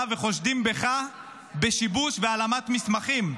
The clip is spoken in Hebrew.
וחושדים בך בשיבוש והעלמת מסמכים?